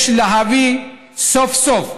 יש להביא סוף-סוף,